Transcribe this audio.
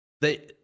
they-